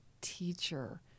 teacher